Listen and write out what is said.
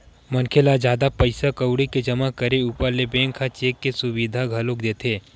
मनखे ल जादा पइसा कउड़ी के जमा करे ऊपर ले बेंक ह चेक के सुबिधा घलोक देथे